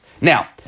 Now